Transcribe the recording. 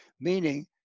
meaning